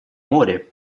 море